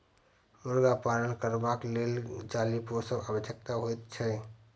मुर्गा पालन करबाक लेल चाली पोसब आवश्यक होइत छै